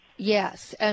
Yes